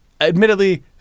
Admittedly